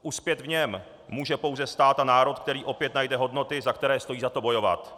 Uspět v něm může pouze stát a národ, který opět najde hodnoty, za které stojí za to bojovat.